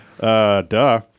Duh